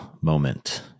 moment